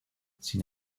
sin